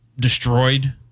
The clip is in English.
destroyed